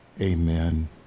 amen